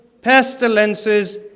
pestilences